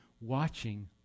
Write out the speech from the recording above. watching